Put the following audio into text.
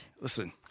Listen